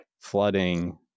flooding